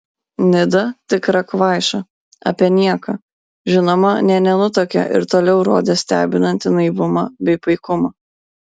nida tikra kvaiša apie nieką žinoma nė nenutuokė ir toliau rodė stebinantį naivumą bei paikumą